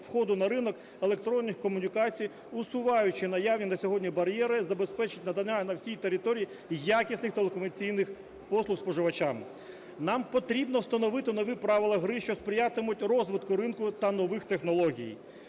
входу на ринок електронних комунікацій, усуваючи наявні на сьогодні бар'єри, забезпечить надання на всій території якісних телекомунікаційних послуг споживачам. Нам потрібно встановити нові правила гри, що сприятимуть розвитку ринку та нових технологій.